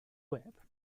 whip